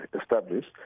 established